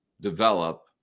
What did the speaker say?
develop